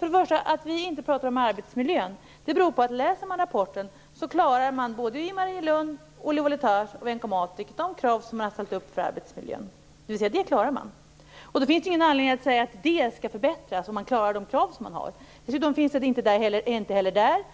Först och främst är orsaken till att vi inte talar om arbetsmiljön, att om man läser rapporten ser att man i Marielund, Oli-Voltage och Vencomatic klarar de krav som man har ställt upp för arbetsmiljön. Då finns det ingen anledning att säga att den skall förbättras, om man klarar de krav som finns. Dessutom finns det inte heller där